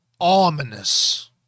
ominous